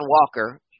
Walker